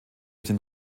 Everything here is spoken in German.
sind